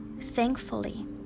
thankfully